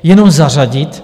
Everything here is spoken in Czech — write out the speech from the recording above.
Jenom zařadit.